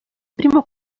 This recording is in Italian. primo